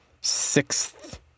sixth